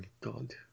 God